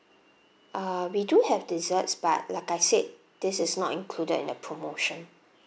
err we do have desserts but like I said this is not included in the promotion